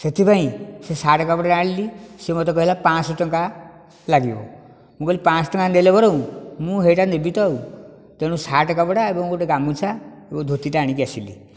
ସେଥିପାଇଁ ସେ ସାର୍ଟ କପଡ଼ାଟା ଆଣିଲି ସିଏ ମୋତେ କହିଲା ପାଞ୍ଚଶହ ଟଙ୍କା ଲାଗିବ ମୁଁ କହିଲି ପାଞ୍ଚଶହ ଟଙ୍କା ଦେଲେ ବରଂ ମୁଁ ସେଇଟା ନେବି ତ ଆଉ ତେଣୁ ସାର୍ଟ କପଡ଼ା ଏବଂ ଗୋଟିଏ ଗାମୁଛା ଏବଂ ଧୋତି ଟିଏ ଆଣିକି ଆସିଲି